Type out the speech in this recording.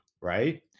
right